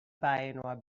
byinoar